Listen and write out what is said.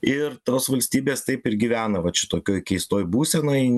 ir tos valstybės taip ir gyvena vat šitokioj keistoj būsenoj